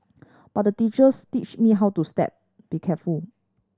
but the teachers teach me how to step be careful